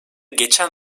geçen